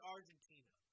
Argentina